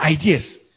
ideas